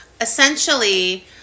Essentially